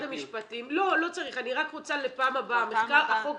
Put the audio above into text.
לא צריך, אני רק רוצה לפעם הבאה.